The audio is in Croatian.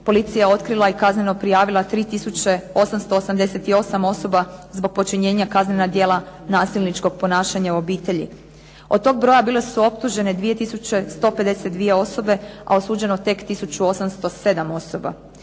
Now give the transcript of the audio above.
policija je otkrila i kazneno prijavila 3888 osoba zbog počinjenja kaznenog djela nasilničkog ponašanja u obitelji. Od tog broja bile su optužene 2152 osobe, a osuđeno tek 1807 osoba.